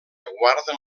guarden